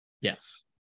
yes